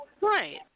Right